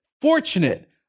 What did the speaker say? fortunate